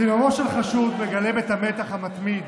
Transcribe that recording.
צילומו של חשוד מגלם את המתח המתמיד